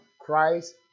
Christ